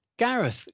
Gareth